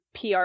PR